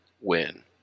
win